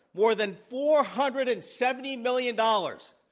more than four hundred and seventy million dollars,